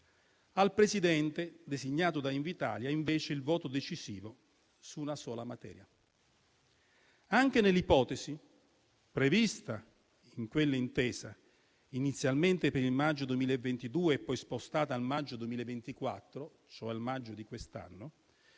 al presidente designato da Invitalia, invece, il voto decisivo su una sola materia. Anche nell'ipotesi prevista in quella intesa inizialmente per il maggio 2022 e poi spostata a maggio 2024, cioè al maggio di quest'anno,